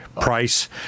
price